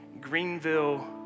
Greenville